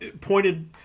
pointed